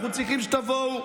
אני צריך שתבואו,